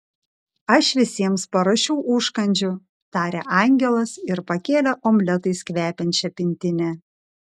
aš visiems paruošiau užkandžių tarė angelas ir pakėlė omletais kvepiančią pintinę